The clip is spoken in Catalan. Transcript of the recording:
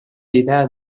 idea